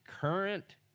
current